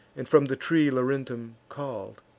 and from the tree laurentum call'd